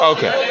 Okay